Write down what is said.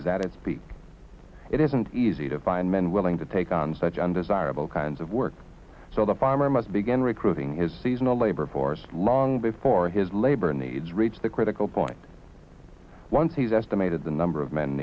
is at its peak it isn't easy to find men willing to take on such undesirable kinds of work so the farmer must begin recruiting his seasonal labor force long before his labor needs reach the critical point once he's estimated the number of men